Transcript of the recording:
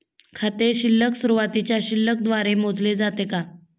खाते शिल्लक सुरुवातीच्या शिल्लक द्वारे मोजले जाते का?